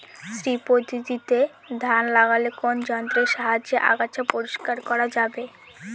শ্রী পদ্ধতিতে ধান লাগালে কোন যন্ত্রের সাহায্যে আগাছা পরিষ্কার করা যাবে?